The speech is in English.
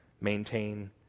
maintain